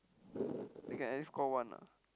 they can at least score one ah